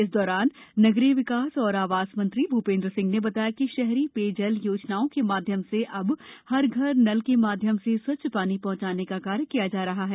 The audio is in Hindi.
इस दौरान नगरीय विकास एवं आवास मंत्री भूपेन्द्र सिंह ने बताया कि शहरी पेयजल योजनाओं के माध्यम से अब हर घर तक नल के माध्यम से स्वच्छ पानी पहुंचाने का कार्य किया जा रहा है